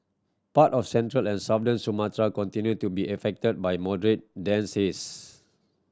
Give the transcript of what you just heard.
part of central and southern Sumatra continue to be affected by moderate dense haze